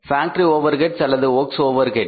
factory overheads அல்லது works overheads